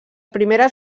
primeres